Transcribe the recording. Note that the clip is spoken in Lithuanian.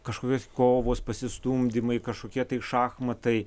kažkokios kovos pasistumdymai kažkokie tai šachmatai